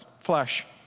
flesh